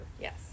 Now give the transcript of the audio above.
Yes